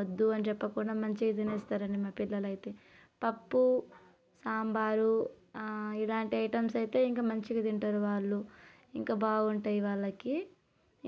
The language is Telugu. వద్దు అని చెప్పకుండా మంచిగా తినేస్తారు మా పిల్లలు అయితే పప్పు సాంబారు ఇలాంటి ఐటమ్స్ అయితే ఇంకా మంచిగా తింటారు వాళ్ళు ఇంకా బాగుంటాయి వాళ్ళకి